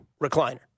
recliner